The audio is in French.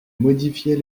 modifier